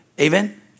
Amen